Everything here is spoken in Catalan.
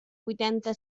vuitanta